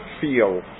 feel